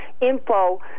info